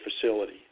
facility